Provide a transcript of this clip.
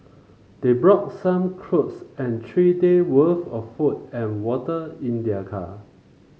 they brought some clothes and three day' worth of food and water in their car